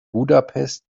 budapest